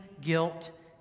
guilt